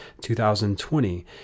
2020